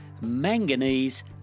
manganese